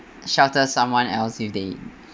shelter someone else if they